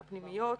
הפנימיות,